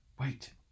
Wait